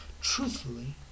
Truthfully